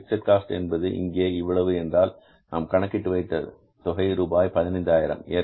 fixed cost என்பது இங்கே இவ்வளவு என்றால் நாம் கணக்கிட்டு வைத்த தொகை ரூபாய் 15000